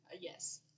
Yes